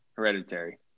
hereditary